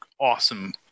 awesome